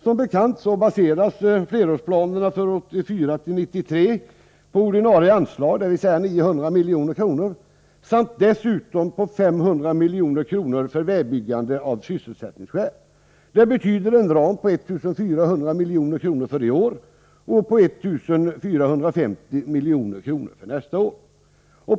Som bekant baseras de nya flerårsplanerna för 1984-1993 på ordinarie anslag, dvs. 900 milj.kr., samt dessutom på 500 milj.kr. för vägbyggande av sysselsättningsskäl. Det betyder en ram på 1 400 milj.kr. för i år och 1 450 milj.kr. för nästa år.